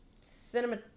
cinema